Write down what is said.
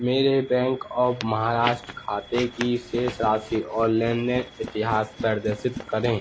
मेरे bank of Maharashtra खाते की शेष राशि और लेन देन इतिहास प्रदर्शित करें